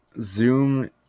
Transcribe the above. Zoom